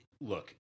look